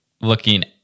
looking